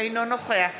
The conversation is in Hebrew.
אינו נוכח